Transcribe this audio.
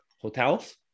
hotels